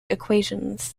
equations